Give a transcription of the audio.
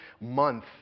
month